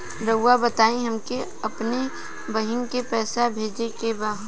राउर बताई हमके अपने बहिन के पैसा भेजे के बा?